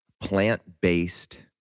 plant-based